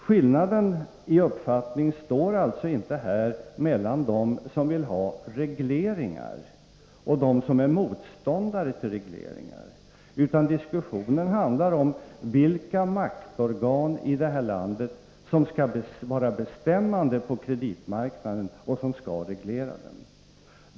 Skillnaden i uppfattning står alltså inte här mellan dem som vill ha regleringar och dem som är motståndare till regleringar, utan diskussionen handlar om vilka maktorgan i detta land som skall vara bestämmande på kreditmarknaden och som skall reglera den.